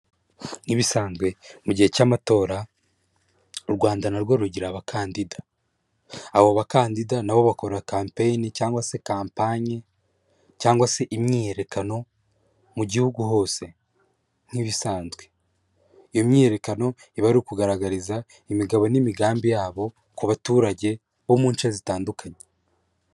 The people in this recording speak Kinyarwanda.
Nk'ibisanzwe mu gihe cy'amatora u Rwanda na rwo rugira abakandida, abo bakandida na bo bakora campaign cyangwa se kampanye cyangwa se imyiyerekano mu gihugu hose nk'ibisanzwe, iyo myiyerekano iba ari ukugaragariza imigabo n'imigambi yabo ku baturage bo mu nce zitandukanye.